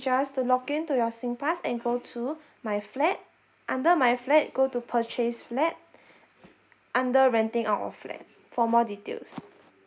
just to login to your singpass and go to my flat under my flat go to purchase flat under renting our flat for more details